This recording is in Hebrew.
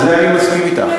על זה אני מסכים אתך.